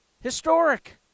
Historic